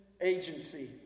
agency